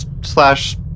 Slash